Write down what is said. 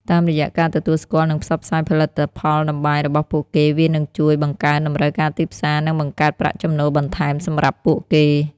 តាមរយៈការទទួលស្គាល់និងផ្សព្វផ្សាយផលិតផលតម្បាញរបស់ពួកគេ វានឹងជួយបង្កើនតម្រូវការទីផ្សារនិងបង្កើតប្រាក់ចំណូលបន្ថែមសម្រាប់ពួកគេ។